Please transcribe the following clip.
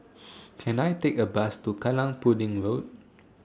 Can I Take A Bus to Kallang Pudding Road